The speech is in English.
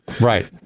Right